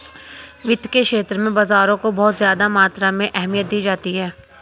वित्त के क्षेत्र में बाजारों को बहुत ज्यादा मात्रा में अहमियत दी जाती रही है